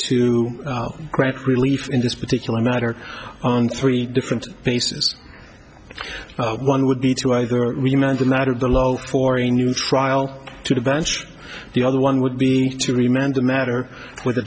to grant relief in this particular matter on three different bases one would be to either remand the matter of the low for a new trial to the bench the other one would be to remain the matter whether